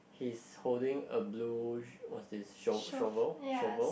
he's holding a blue what's this shovel shovel shovel